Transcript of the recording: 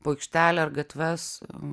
po aikštelę ar gatves